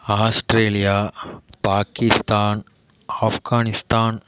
Australia Pakistan Afghanistan